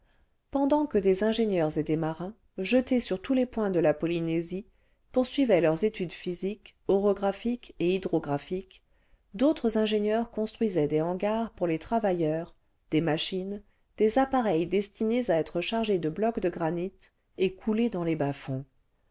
pendant que des ingénieurs et des marins jetés sur tous les points de la polynésie poursuivaient leurs études physiques orographiques et hydrographiques d'autres ingénieurs construisaient des hangars pour les travailleurs des machines des appareils destinés à être chargés de blocs de granit et coulés dans les bas-fonds